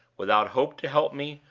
without hope to help me,